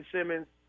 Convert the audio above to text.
Simmons